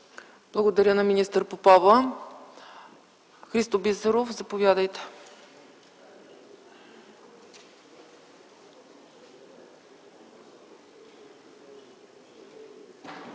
Благодаря на министър Попова. Христо Бисеров, заповядайте.